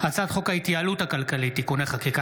הצעת חוק ההתייעלות הכלכלית (תיקוני חקיקה